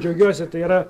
džiaugiuosi tai yra